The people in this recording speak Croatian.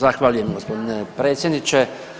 Zahvaljujem gospodine predsjedniče.